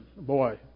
Boy